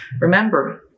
Remember